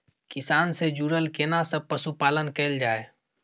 किसान से जुरल केना सब पशुपालन कैल जाय?